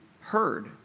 heard